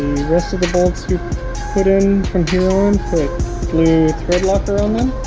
rest of the bolts you put in from here on put blue threadlocker on them